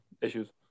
issues